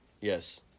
Yes